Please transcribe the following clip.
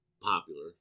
popular